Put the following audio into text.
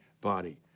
body